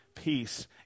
peace